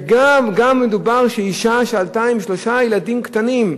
וגם אשה שעלתה עם שלושה ילדים קטנים,